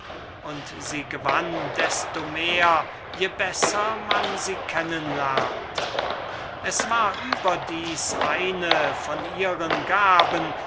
und sie gewann desto mehr dabei je besser man sie kennen lernte es war überdies eine von ihren gaben